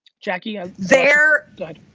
jackie, i there, but